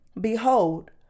behold